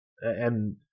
And-